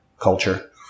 culture